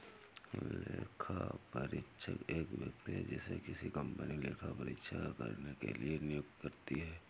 लेखापरीक्षक एक व्यक्ति है जिसे किसी कंपनी लेखा परीक्षा करने के लिए नियुक्त करती है